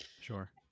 Sure